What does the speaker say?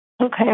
Okay